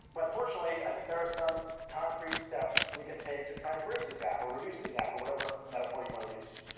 but fortunately, i think there are some concrete steps we can take to try and bridge the gap, or reduce the gap, or whatever metaphor you want to use.